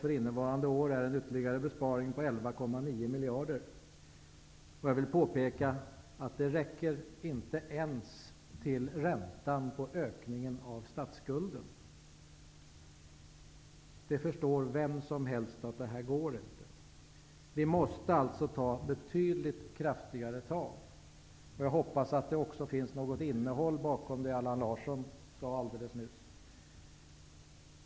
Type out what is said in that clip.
För innevarande år är en ytterligare besparing på Det räcker inte ens till räntan på ökningen av statsskulden. Vem som helst förstår att detta inte går. Vi måste alltså ta betydligt kraftigare tag. Jag hoppas att det också finns något innehåll bakom det som Allan Larsson sade alldeles nyss.